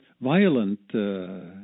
violent